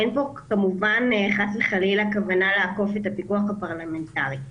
אין פה כמובן חס וחלילה כוונה לעקוף את הפיקוח הפרלמנטרי,